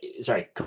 sorry